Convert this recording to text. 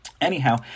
Anyhow